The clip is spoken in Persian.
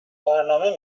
برنامه